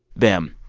bim.